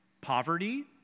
Poverty